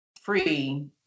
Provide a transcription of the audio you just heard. free